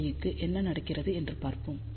ψy க்கு என்ன நடக்கிறது என்று பார்ப்போம்